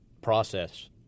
process